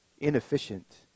inefficient